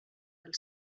del